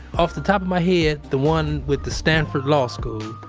ah, off the top of my head, the one with the stanford law school,